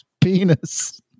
penis